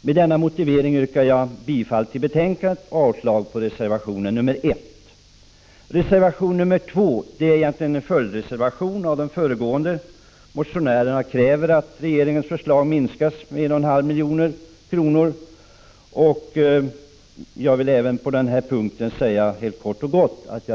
Med denna motivering yrkar jag bifall till utskottets hemställan och avslag på reservation 1. Reservation 2 är en följdreservation till föregående. Motionärerna kräver att regeringens förslag minskas med 1,5 milj.kr. Jag vill även på denna punkt helt kort